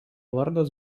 vardas